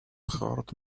hurt